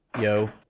yo